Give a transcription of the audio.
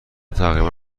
تقریبا